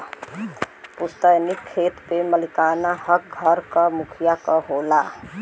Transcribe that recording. पुस्तैनी खेत पे मालिकाना हक घर क मुखिया क होला